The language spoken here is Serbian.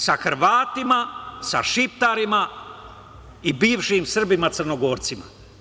Sa Hrvatima, sa šiptarima i bivšim Srbima Crnogorcima.